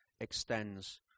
extends